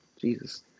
Jesus